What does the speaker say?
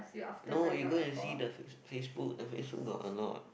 no you go and see the Face~ Facebook the Facebook got a lot